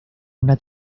una